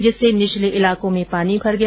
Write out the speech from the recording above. इससे निचले इलाकों में पानी भर गया